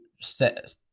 set